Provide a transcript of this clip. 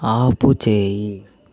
ఆపుచేయి